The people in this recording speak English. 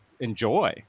enjoy